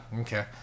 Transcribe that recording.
Okay